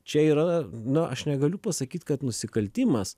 čia yra na aš negaliu pasakyt kad nusikaltimas